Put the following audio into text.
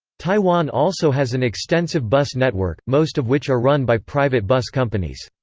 taiwan also has an extensive bus network, most of which are run by private bus companies.